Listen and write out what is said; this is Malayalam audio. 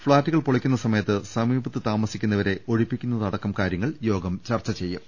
ഫ്ളാറ്റു കൾ പൊളിക്കുന്ന സമയത്ത് സമീപത്ത് താമസിക്കുന്നവരെ ഒഴിപ്പിക്കുന്നതടക്കം കാര്യങ്ങൾ യോഗം ചർച്ച ചെയ്യും